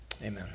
amen